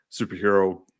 superhero